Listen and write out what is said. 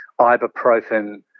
ibuprofen